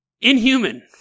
inhuman